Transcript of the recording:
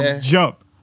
jump